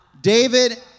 David